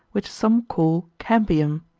which some call cambium,